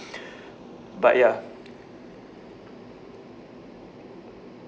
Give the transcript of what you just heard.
but ya